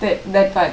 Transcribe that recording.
that that part